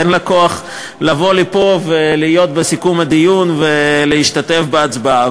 אין לה כוח לבוא לפה ולהיות בסיכום הדיון ולהשתתף בהצבעה.